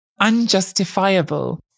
unjustifiable